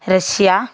Russia